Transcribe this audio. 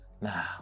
Now